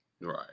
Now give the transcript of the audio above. Right